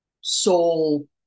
soul